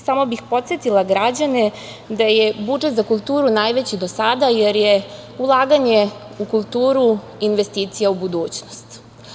Samo bih podsetila građane da je budžet za kulturu najveći do sada, jer je ulaganje u kulturu investicija u budućnost.